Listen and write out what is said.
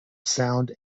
sound